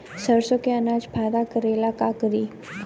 सरसो के अनाज फायदा करेला का करी?